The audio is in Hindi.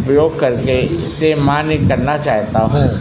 उपयोग करके इसे मान्य करना चाहता हूँ